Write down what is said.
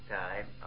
time